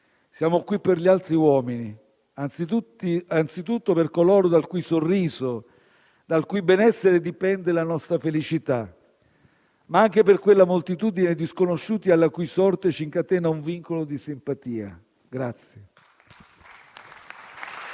«siamo qui per gli altri uomini: innanzitutto per coloro dal cui sorriso e dal cui benessere dipende la nostra felicità, ma anche per quella moltitudine di sconosciuti alla cui sorte ci incatena un vincolo di simpatia».